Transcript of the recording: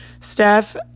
Steph